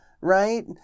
Right